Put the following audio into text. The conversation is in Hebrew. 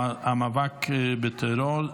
בנושא המאבק בטרור.